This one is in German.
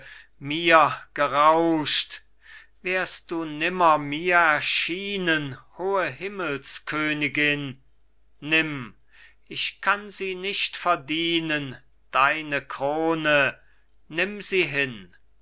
mir gerauscht wärst du nimmer mir erschienen hohe himmelskönigin nimm ich kann sie nicht verdienen deine krone nimm sie hin